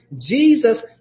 Jesus